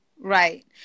Right